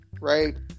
right